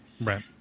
Right